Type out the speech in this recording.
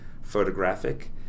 photographic